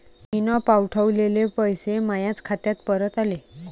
मीन पावठवलेले पैसे मायाच खात्यात परत आले